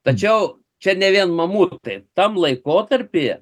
tačiau čia ne vien mamutai tam laikotarpyje